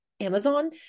Amazon